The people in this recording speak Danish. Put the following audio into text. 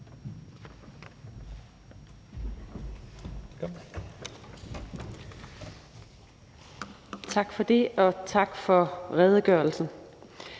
Tak for det, og tak for redegørelsen.